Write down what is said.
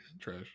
trash